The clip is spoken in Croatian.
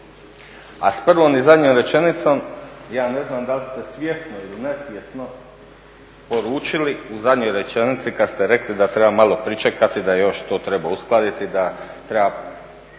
A s prvom i zadnjom rečenicom ja ne znam da li ste svjesno ili nesvjesno poručili u zadnjoj rečenici kada ste rekli da treba malo pričekati da to još treba uskladiti da treba